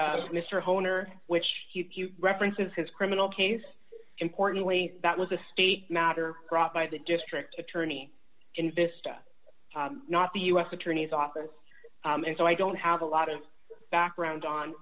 jobs mr homeowner which he references his criminal case importantly that was a state matter brought by the district attorney in vista not the u s attorney's office and so i don't have a lot of background on